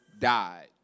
died